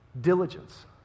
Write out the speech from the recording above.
Diligence